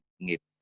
nghiệp